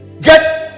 get